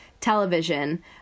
television